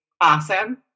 awesome